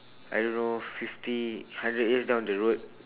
I don't know fifty hundred years down the road